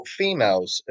females